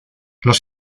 los